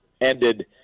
ended –